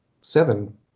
seven